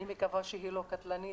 אני מקווה שהיא לא קטלנית,